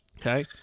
Okay